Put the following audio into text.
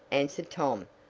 answered tom,